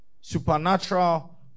supernatural